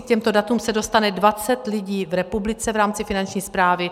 K těmto datům se dostane dvacet lidí v republice v rámci Finanční správy.